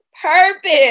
purpose